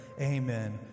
Amen